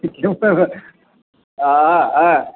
कि आ अ